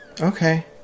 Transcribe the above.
Okay